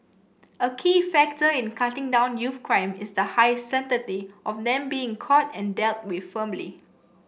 a key factor in cutting down youth crime is the high certainty of them being caught and dealt with firmly